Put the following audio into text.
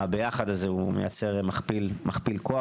הביחד הזה מייצר מכפיל כוח.